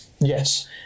Yes